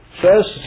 first